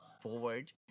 forward